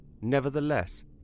nevertheless